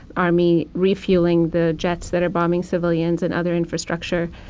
army refueling the jets that are bombing civilians and other infrastructure.